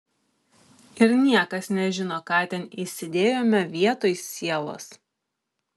ir niekas nežino ką ten įsidėjome vietoj sielos